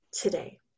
today